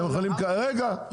רגע,